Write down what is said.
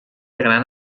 gran